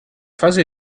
fase